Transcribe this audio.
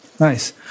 Nice